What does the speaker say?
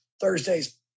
Thursday's